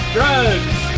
Drugs